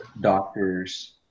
doctors